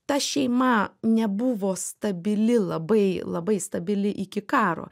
ta šeima nebuvo stabili labai labai stabili iki karo